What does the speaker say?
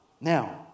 Now